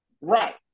right